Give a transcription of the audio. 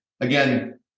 again